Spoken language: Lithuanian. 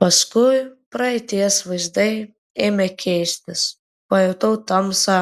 paskui praeities vaizdai ėmė keistis pajutau tamsą